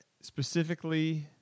Specifically